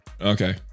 Okay